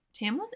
Tamlin